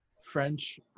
French